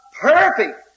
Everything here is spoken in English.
perfect